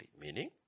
Meaning